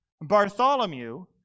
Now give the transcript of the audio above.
Bartholomew